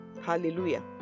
Hallelujah